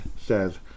says